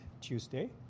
Tuesday